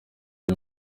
byo